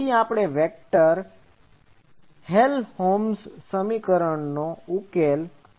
તેથી આ vector Helmholtz સમીકરણનો ઉકેલ છે